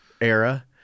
era